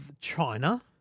China